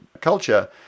culture